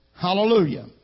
Hallelujah